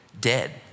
dead